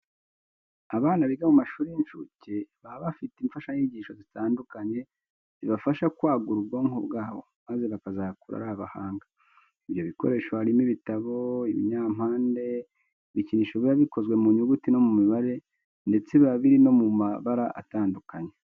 Abana biga mu mashuri y'incuke baba bafite imfashanyigisho zitandukanye zibafasha kwagura ubwonko bwabo maze bakazakura ari abahanga. Ibyo bikoresho harimo ibitabo, ibinyampande, ibikinisho biba bikozwe mu nyuguti no mu mibare ndetse biba biri no mu mabara atandukanye.